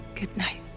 good night.